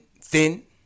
thin